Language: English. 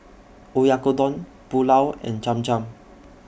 Oyakodon Pulao and Cham Cham